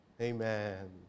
Amen